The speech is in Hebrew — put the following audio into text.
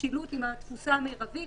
לשילוט עם התפוסה המרבית